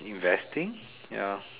investing ya